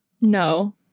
No